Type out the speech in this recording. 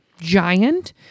giant